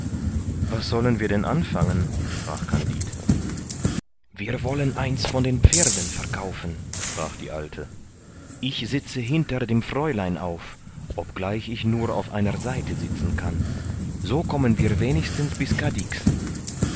was sollen wir denn anfangen sprach kandid wir wollen eins von den pferden verkaufen sprach die alte ich sitze hinter dem fräulein auf obgleich ich nur auf einer seite sitzen kann so kommen wir wenigstens bis cadix